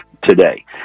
today